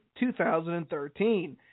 2013